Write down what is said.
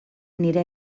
nire